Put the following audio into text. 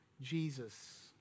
Jesus